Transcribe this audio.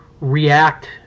react